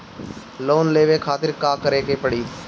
Loan लेवे खातिर का करे के पड़ी?